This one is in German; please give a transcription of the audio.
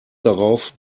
darauf